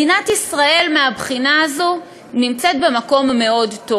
מדינת ישראל, מהבחינה הזו נמצאת במקום טוב מאוד: